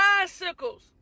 bicycles